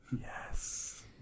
Yes